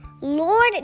Lord